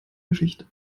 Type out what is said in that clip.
geschichte